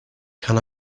can